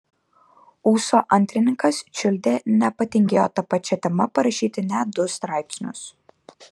ūso antrininkas čiuldė nepatingėjo ta pačia tema parašyti net du straipsnius